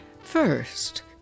First